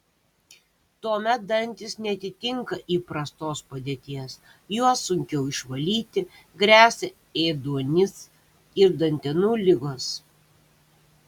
tuomet dantys neatitinka įprastos padėties juos sunkiau išvalyti gresia ėduonis ir dantenų ligos